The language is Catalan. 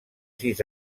sis